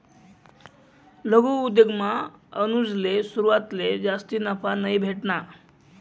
लघु उद्योगमा अनुजले सुरवातले जास्ती नफा नयी भेटना